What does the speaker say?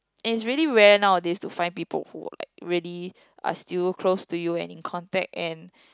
and it's really rare nowadays to find people who are like really are still close to you and in contact and